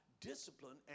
discipline